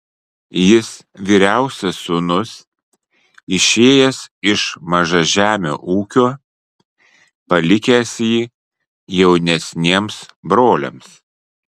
jis vyriausias sūnus išėjęs iš mažažemio ūkio palikęs jį jaunesniems broliams